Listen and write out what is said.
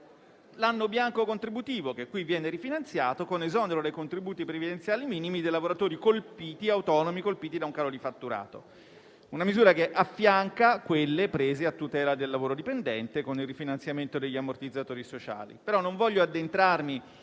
l'anno bianco contributivo, che nel provvedimento in esame viene rifinanziato con esonero dai contributi previdenziali minimi dei lavoratori autonomi colpiti da un calo di fatturato. Tale misura affianca quelle prese a tutela del lavoro dipendente con il rifinanziamento degli ammortizzatori sociali.